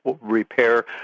repair